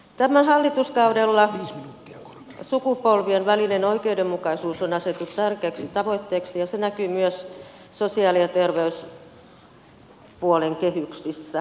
tällä hallituskaudella sukupolvien välinen oikeudenmukaisuus on asetettu tärkeäksi tavoitteeksi ja se näkyy myös sosiaali ja terveyspuolen kehyksissä